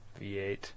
V8